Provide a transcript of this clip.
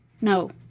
No